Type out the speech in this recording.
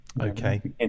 okay